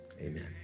Amen